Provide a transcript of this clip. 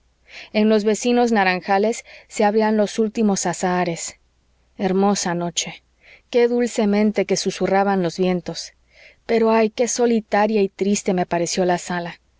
en los vecinos naranjales se abrían los últimos azahares hermosa noche qué dulcemente que susurraban los vientos pero ay qué solitaria y triste me pareció la sala